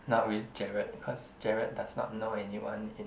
not with Gerald cause Gerald does not know anyone in